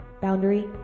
Boundary